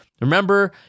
Remember